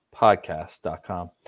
podcast.com